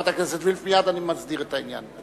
מייד אני מסדיר את העניין.